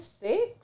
six